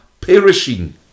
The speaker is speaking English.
perishing